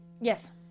Yes